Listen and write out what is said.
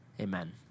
amen